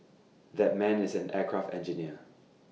that man is an aircraft engineer